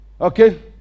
Okay